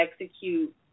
execute